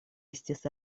estis